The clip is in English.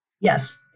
Yes